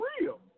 real